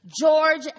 George